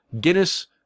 Guinness